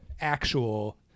actual